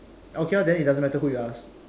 okay lor then it doesn't matter who you ask